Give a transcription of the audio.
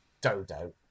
Dodo